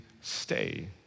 stay